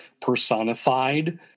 personified